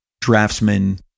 draftsman